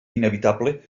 inevitable